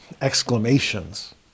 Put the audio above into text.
exclamations